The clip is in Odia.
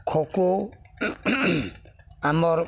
ଖୋଖୋ ଆମର୍